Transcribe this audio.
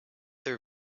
their